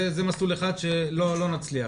זה מסלול אחד בו לא נצליח.